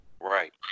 Right